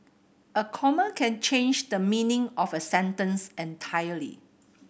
a comma can change the meaning of a sentence entirely